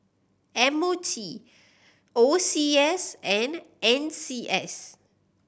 M O T O C S and N C S